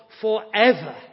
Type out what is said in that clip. forever